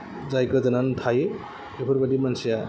जाय गोदोनानै थायो बेफोरबादि मानसिया